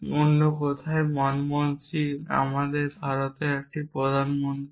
অন্য কথায় মনমোহন সিং ভারতের একজন প্রধানমন্ত্রী